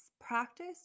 practice